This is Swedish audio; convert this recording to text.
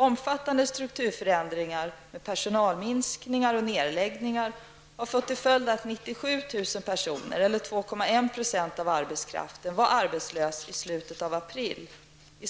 Omfattande strukturförändringar med personalminskningar och nedläggningar har fått till följd att 97 000 personer, eller 2,1 % av arbetskraften, var arbetslösa i slutet av april. I